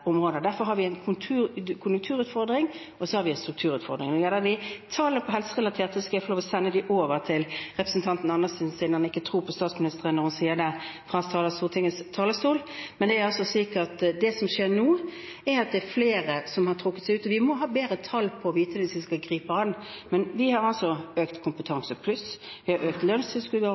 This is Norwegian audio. områder. Derfor har vi en konjunkturutfordring, og så har vi en strukturutfordring. Når det gjelder tallene for det som er helserelatert, skal jeg få lov til å sende dem over til representanten Andersen, siden han ikke tror på statsministeren når hun sier det fra Stortingets talerstol. Det er altså slik at det som skjer nå, er at det er flere som har trukket seg ut. Vi må ha bedre tall for å vite det hvis vi skal gripe det an, men vi har altså økt Kompetansepluss, vi har økt lønnstilskuddsordningene, vi har